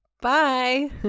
bye